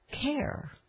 care